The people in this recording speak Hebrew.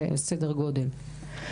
סדר גודל.